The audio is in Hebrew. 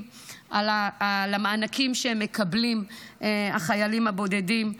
על המענקים שמקבלים החיילים הבודדים.